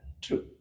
true